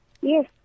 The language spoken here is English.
Yes